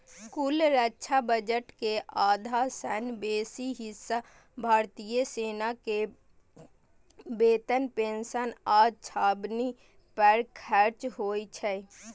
कुल रक्षा बजट के आधा सं बेसी हिस्सा भारतीय सेना के वेतन, पेंशन आ छावनी पर खर्च होइ छै